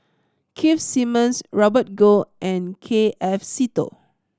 Keith Simmons Robert Goh and K F Seetoh